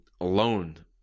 alone